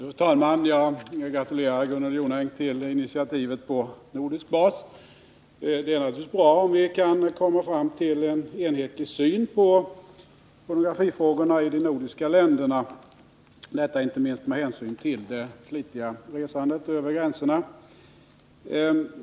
Fru talman! Jag gratulerar Gunnel Jonäng till initiativet på nordisk bas. Det är naturligtvis bra om vi kan komma fram till en enhetlig syn på pornografifrågorna i de nordiska länderna — detta inte minst med hänsyn till det flitiga resandet över gränserna.